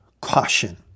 caution